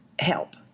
help